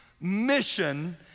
mission